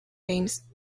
games